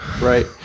Right